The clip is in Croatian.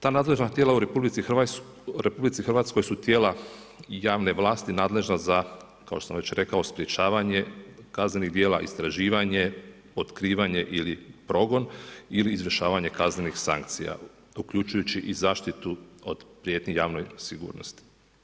Ta nadležna tijela u RH su tijela javne vlasti nadležna za kao što sam već rekao, sprečavanje kaznenih djela, istraživanje, otkrivanje ili progon ili izvršavanje kaznenih sankcija, uključujući i zaštiti od prijetnje javnoj sigurnosti.